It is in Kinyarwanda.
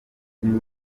n’indi